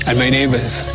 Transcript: and my neighbors.